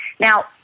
Now